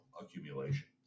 accumulation